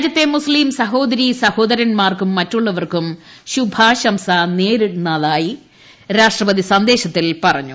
രാജ്യത്തെ സഹോദരീ സഹോദരൻമാർക്കും മുസ്തീം മറ്റുള്ളവർക്കും ശുഭാശംസ നേരുന്നതായി രാഷ്ട്രപതി സന്ദേശത്തിൽ പറഞ്ഞു